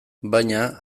baina